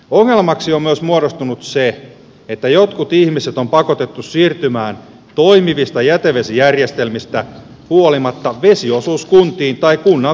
ongelmaksi on muodostunut myös se että jotkut ihmiset on pakotettu siirtymään toimivista jätevesijärjestelmistä huolimatta vesiosuuskuntiin tai kunnan viemäriverkkojärjestelmään